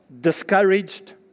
discouraged